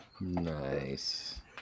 Nice